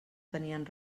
tenien